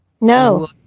No